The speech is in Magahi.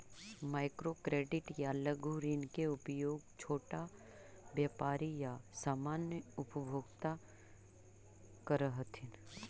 माइक्रो क्रेडिट या लघु ऋण के उपयोग छोटा व्यापारी या सामान्य उपभोक्ता करऽ हथिन